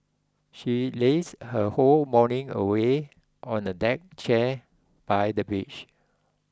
she lazed her whole morning away on a deck chair by the beach